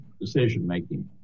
decision-making